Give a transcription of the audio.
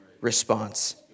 response